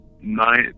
nine